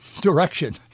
direction